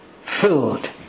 filled